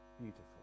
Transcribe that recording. beautiful